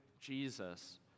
Jesus